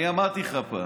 אני אמרתי לך פעם,